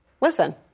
listen